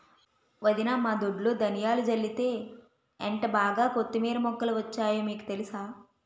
వదినా మా దొడ్లో ధనియాలు జల్లితే ఎంటబాగా కొత్తిమీర మొక్కలు వచ్చాయో మీకు తెలుసా?